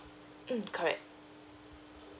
mm correct